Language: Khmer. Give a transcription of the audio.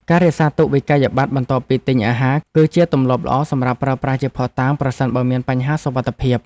ការរក្សាទុកវិក្កយបត្របន្ទាប់ពីទិញអាហារ គឺជាទម្លាប់ល្អសម្រាប់ប្រើប្រាស់ជាភស្តុតាងប្រសិនបើមានបញ្ហាសុវត្ថិភាព។